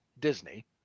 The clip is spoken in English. Disney